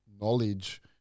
knowledge